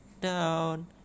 down